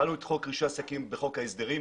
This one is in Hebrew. הפעלנו את חוק רישוי עסקים בחוק ההסדרים,